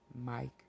Mike